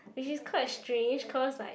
which is quite strange cause like